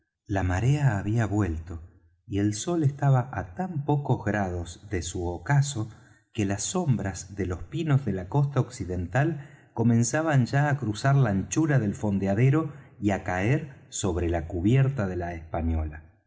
la marea había vuelto y el sol estaba á tan pocos grados de su ocaso que las sombras de los pinos de la costa occidental comenzaban ya á cruzar la anchura del fondeadero y á caer sobre la cubierta de la española